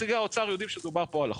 נציגי האוצר יודעים שמדובר פה על אחוז.